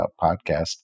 podcast